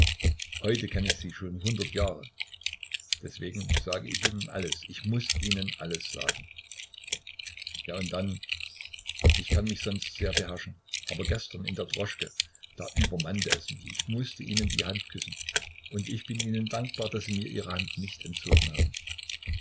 heute kenn ich sie schon hundert jahre deswegen sag ich ihnen alles ich muß ihnen alles sagen ja und dann ich kann mich sonst sehr beherrschen aber gestern in der droschke da übermannte es mich ich mußte ihnen die hand küssen und ich bin ihnen dankbar daß sie mir ihre hand nicht entzogen haben